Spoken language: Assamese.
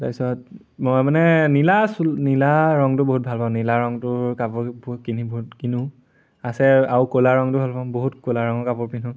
তাৰপিছত মই মানে নীলা চুল নীলা ৰংটো বহুত ভাল পাওঁ নীলা ৰংটোৰ কাপোৰ কিনি বহুত কিনো আছে আৰু ক'লা ৰংটো ভাল পাওঁ বহুত ক'লা ৰঙৰ কাপোৰ পিন্ধোঁ